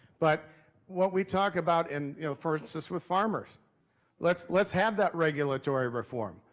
but what we talk about and y'know for instance with farmers let's let's have that regulatory reform.